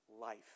life